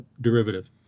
derivative